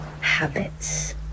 habits